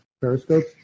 periscopes